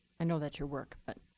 i know that's your work, but